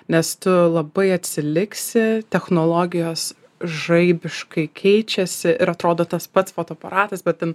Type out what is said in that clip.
nes tu labai atsiliksi technologijos žaibiškai keičiasi ir atrodo tas pats fotoaparatas bet ten